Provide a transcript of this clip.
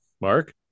Mark